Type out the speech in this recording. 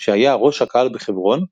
שהיה ראש הקהל בחברון,